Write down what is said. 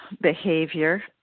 behavior